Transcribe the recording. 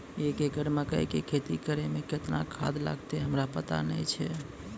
एक एकरऽ मकई के खेती करै मे केतना खाद लागतै हमरा पता नैय छै?